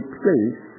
place